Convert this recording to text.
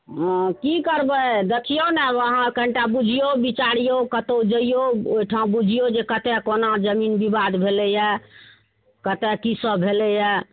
हँ कि करबै देखियौ ने अहाँ कनिटा बुझियौ बिचारियौ कतहुँ जैयौ ओहिठाँ बुझियौ जे कतऽ कोना जमीन विवाद भेलैया कतऽ की सब भेलैया